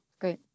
Great